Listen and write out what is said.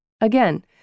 Again